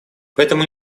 поэтому